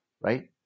Right